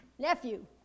Nephew